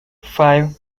five